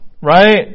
Right